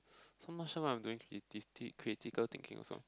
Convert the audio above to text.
so much so I'm doing creative critical thinking also